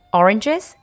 oranges